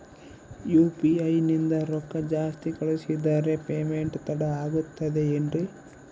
UPI ನಿಂದ ರೊಕ್ಕ ಜಾಸ್ತಿ ಕಳಿಸಿದರೆ ಪೇಮೆಂಟ್ ತಡ ಆಗುತ್ತದೆ ಎನ್ರಿ?